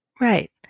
Right